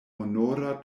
honora